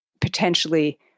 potentially